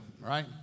right